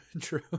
True